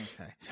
Okay